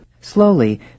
slowly